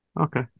Okay